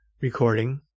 recording